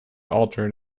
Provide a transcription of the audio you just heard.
altered